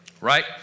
right